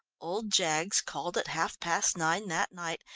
old jaggs called at half-past nine that night,